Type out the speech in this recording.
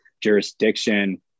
jurisdiction